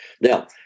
Now